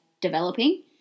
developing